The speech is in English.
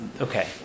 Okay